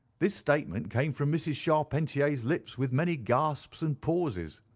this statement came from mrs. charpentier's lips with many gasps and pauses.